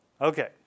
Okay